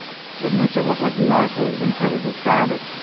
it makes it look like the ark was incredibly crowded.